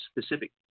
specific